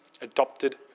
adopted